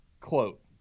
Quote